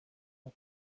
bat